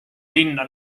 linna